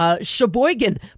Sheboygan